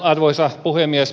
arvoisa puhemies